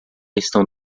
estão